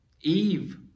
Eve